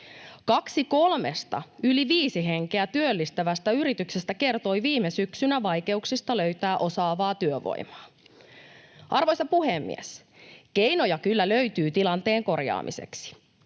Kaksi kolmesta yli viisi henkeä työllistävästä yrityksestä kertoi viime syksynä vaikeuksista löytää osaavaa työvoimaa. Arvoisa puhemies! Keinoja kyllä löytyy tilanteen korjaamiseksi.